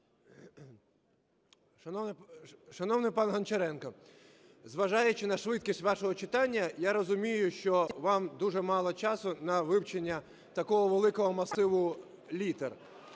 Шановний пан Гончаренко, зважаючи на швидкість вашого читання, я розумію, що вам дуже мало часу на вивчення такого великого масиву літер.